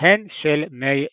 הן של מי ים.